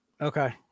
Okay